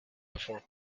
before